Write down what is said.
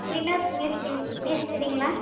winners மேஸிரிங் மேஸ்திரிங்களா